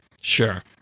sure